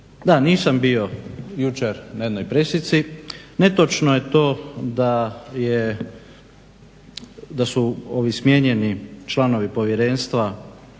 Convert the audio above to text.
Da, nisam bio jučer na jednoj presici. Netočno je to da su ovi smijenjeni članovi povjerenstva